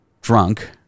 drunk